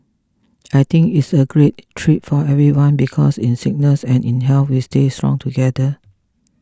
I think it's a great treat for everyone because in sickness and in health we stay strong together